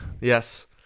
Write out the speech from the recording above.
Yes